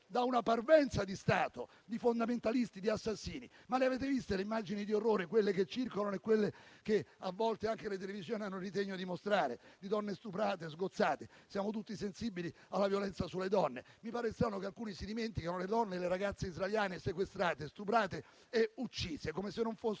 da una parvenza di Stato, di fondamentalisti e di assassini. Ma le avete viste le immagini di orrore, quelle che circolano e quelle che a volte anche le televisioni hanno ritegno di mostrare, con donne stuprate e sgozzate? Siamo tutti sensibili alla violenza sulle donne e mi pare strano che alcuni si dimenticano le donne e le ragazze israeliane sequestrate, stuprate e uccise, come se non fossero